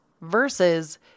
versus